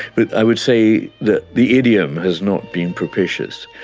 but i would say that the idiom has not been propitious.